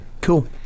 Cool